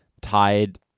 tied